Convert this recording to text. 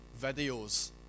videos